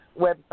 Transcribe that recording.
website